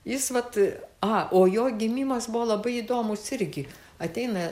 jis vat a o jo gimimas buvo labai įdomūs irgi ateina